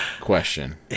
question